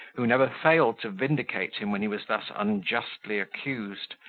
who never failed to vindicate him when he was thus unjustly accused,